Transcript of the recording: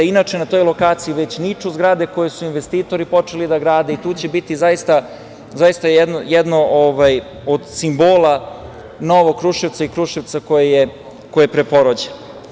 Inače, na toj lokaciji već niču zgrade koje su investitori počeli da grade i to će biti jedan od simbola novog Kruševca i Kruševca koji je preporođen.